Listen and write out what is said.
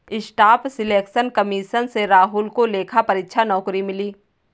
staff selection commission से राहुल को लेखा परीक्षक नौकरी मिली